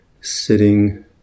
sitting